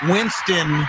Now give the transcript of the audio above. Winston